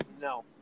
No